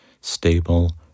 stable